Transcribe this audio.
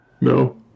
No